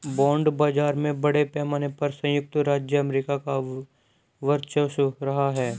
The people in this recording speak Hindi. बॉन्ड बाजार में बड़े पैमाने पर सयुक्त राज्य अमेरिका का वर्चस्व रहा है